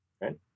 right